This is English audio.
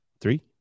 three